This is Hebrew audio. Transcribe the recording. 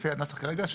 לפי הנוסח כרגע,